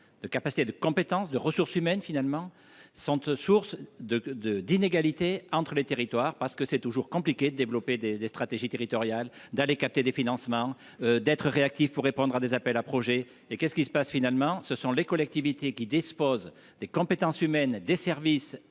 de capacité de compétence de ressources humaines finalement cette source de de d'inégalités entre les territoires parce que c'est toujours compliqué de développer des stratégies territoriales d'aller capter des financements d'être réactif pour répondre à des appels à projets et qu'est ce qui se passe, finalement, ce sont les collectivités qui dispose des compétences humaines, des services